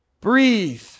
Breathe